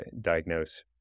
diagnose